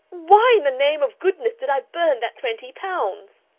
why in the name of goodness did i burn that twenty pounds?